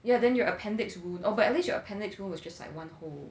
yeah then your appendix wound oh but at least your appendix wound was just like one hole